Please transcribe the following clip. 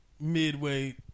midway